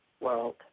world